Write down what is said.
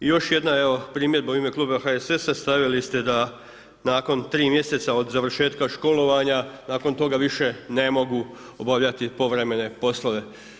I još jedna evo primjedba u ime Kluba HSS-a, stavili ste da nakon 3 mj. od završetka školovanja, nakon toga više ne mogu obavljati povremene poslove.